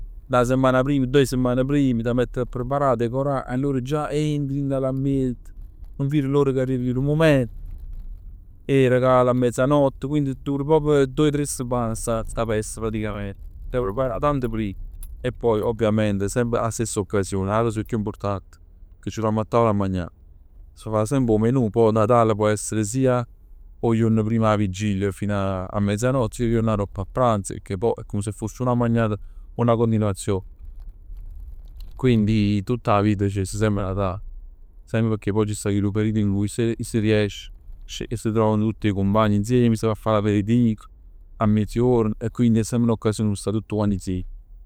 'Na semmana prim, doje semman prima t' 'a mettere a preparà, a decorà. Allor ij già dint a l'ambiente. Nun vir l'ora che arriv chillu mument. 'E regali a mezzanott. Dura proprio doje o tre semman sta fest praticamente. T' 'a preparà tanto prim. E poi ovviamente semp 'a stessa occasion. 'A cosa chiù important è che ci truvamm a tavola a magnà. S' fa semp 'o menù, poi 'o Natal può essere sia 'o juorn prima 'a vigilia, fino a mezzanott. 'O juorn aropp a pranz, pecchè pò è come se foss una magnata una continuazione. Quindi tutt 'a vita scegliess semp Natal. Semp pecchè pò ci sta chillu periodo arò se ci si riesc si trovano tutt 'e cumpagn insieme. Si va a fa l'aperitivo cu l'amic a mezzojuorn. E quindi è semp n'occasione p' sta tutt quant insiem.